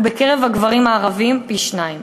ובקרב הגברים הערבים פי-שניים.